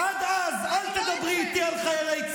עד אז, אל תדברי איתי על צה"ל.